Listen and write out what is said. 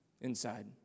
inside